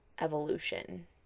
evolution